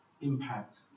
impact